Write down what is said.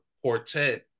quartet